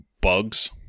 bugs